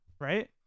right